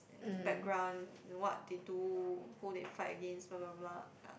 background what they do who they fight against blah blah blah